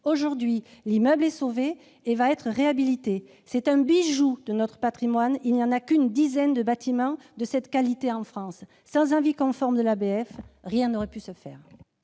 Aujourd'hui, l'immeuble est sauvé et va être réhabilité. C'est un bijou de notre patrimoine, et l'on ne compte qu'une dizaine de bâtiments de cette qualité en France. Sans un avis conforme de l'ABF, rien n'aurait pu se faire.